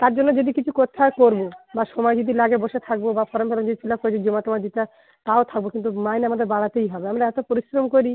তার জন্য যদি কিছু করতে হয় করবো বা সময় যদি লাগে বসে থাকবো বা ফর্ম টর্ম যদি ফিল আপ করে যদি জমা টমা দিতে হয় তাও থাকবো কিন্তু মাইনে আমাদের বাড়াতেই হবে অমরা এত পরিশ্রম করি